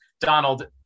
Donald